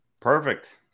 Perfect